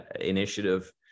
initiative